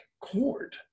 cord